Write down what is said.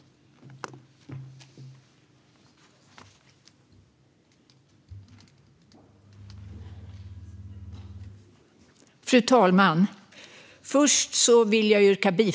Stort tack!